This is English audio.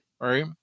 Right